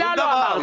מילה לא אמרתי.